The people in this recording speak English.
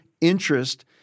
interest